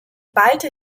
ballte